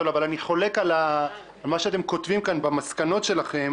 לכאורה מה זה במילוי התפקיד?